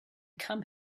come